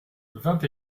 vingt